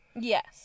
Yes